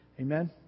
Amen